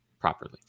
properly